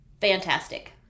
Fantastic